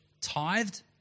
tithed